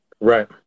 Right